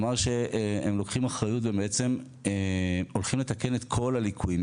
אמר שהם לוקחים אחריות ובעצם הולכים לתקן את כלל הליקויים.